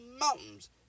mountains